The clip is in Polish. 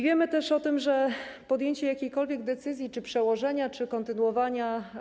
Wiemy też o tym, że podjęcie jakiejkolwiek decyzji: o przełożeniu tego czy kontynuowaniu.